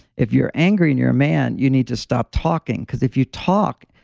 if you're angry and you're a man, you need to stop talking because if you talk,